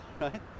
right